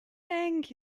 thank